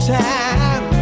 time